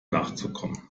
nachzukommen